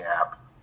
app